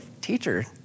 Teacher